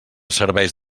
serveis